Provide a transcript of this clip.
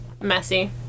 Messy